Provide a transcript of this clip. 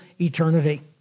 eternity